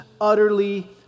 utterly